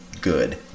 good